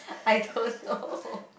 I don't know